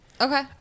Okay